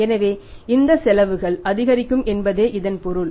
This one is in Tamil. எனவே இந்த செலவுகள் அதிகரிக்கும் என்பதே இதன் பொருள்